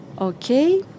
Okay